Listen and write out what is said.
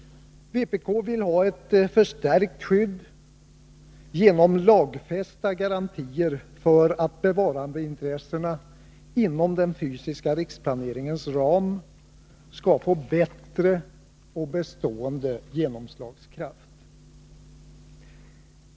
Vpk vill ha ett genom lagfästa garantier förstärkt skydd för att bevarandeintressena inom den fysiska riksplaneringens ram skall få bättre och bestående genomslagskraft.